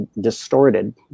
distorted